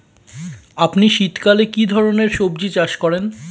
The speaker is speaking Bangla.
আপনি শীতকালে কী ধরনের সবজী চাষ করেন?